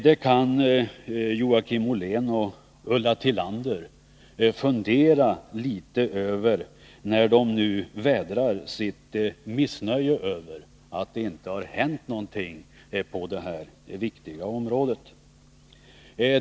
Det kan Joakim Ollén och Ulla Tillander fundera litet över, när de nu vädrar sitt missnöje över att det inte har hänt någonting på detta viktiga område.